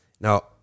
Now